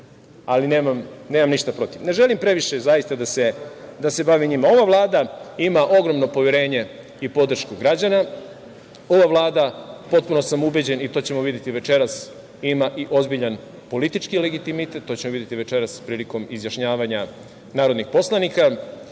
ali nemam ništa protiv. Ne želim previše, zaista, da se bavim njima. Ova Vlada ima ogromno poverenje i podršku građana. Ova Vlada, potpuno sam ubeđen, i to ćemo videti večeras, ima i ozbiljan politički legitimitet. To ćemo videti večeras prilikom izjašnjavanja narodnih poslanika.